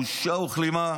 בושה וכלימה.